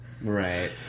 Right